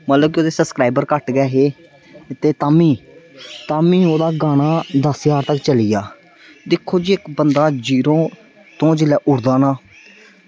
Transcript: मतलब कि नुहाड़े सबसक्राइबर घट्ट गै ऐहे पर तां बी तां बी ओह्दा गाना दस्स ज्हार तगर चली गेआ दिक्खो जा इक्क बंदा जीरो परा ओह् जेल्लै उड़दा ना